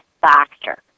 factor